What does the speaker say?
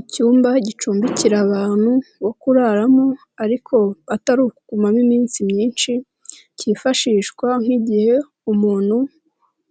Icyumba gicumbikira abantu bo kuraramo ariko atari ukugumamo iminsi myinshi, cyifashishwa nk'igihe umuntu